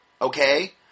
Okay